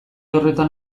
horretan